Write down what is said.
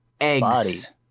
eggs